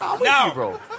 Now